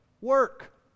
Work